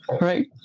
Right